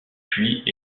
puits